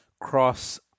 cross